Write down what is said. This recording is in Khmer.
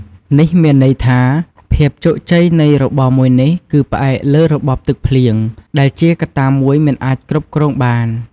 នេះមានន័យថា ភាពជោគជ័យនៃរបរមួយនេះគឺផ្អែកលើរបបទឹកភ្លៀង ដែលជាកត្តាមួយមិនអាចគ្រប់គ្រងបាន។